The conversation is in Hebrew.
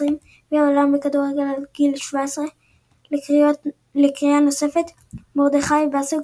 - גביע העולם בכדורגל עד גיל 17 לקריאה נוספת מרדכי בסוק,